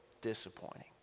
disappointing